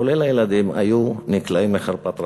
כולל הילדים, היו נקלעים לחרפת רעב.